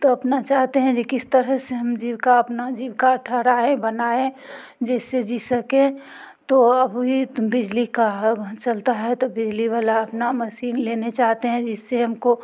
तो अपना चाहते हैं जी किस तरह से हम जीविका अपनी जीवका थोड़ा ये बनाए जिससे जी सकें तो आप भी बिजली का चलता है तो बिजली वाला अपना मसीन लेना चाहते हैं जिससे हम को